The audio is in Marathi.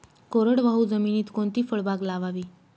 कोरडवाहू जमिनीत कोणती फळबाग लावावी?